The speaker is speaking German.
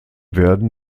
werden